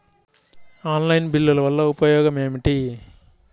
Online బిల్లుల వల్ల ఉపయోగమేమిటీ?